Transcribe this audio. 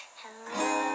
hello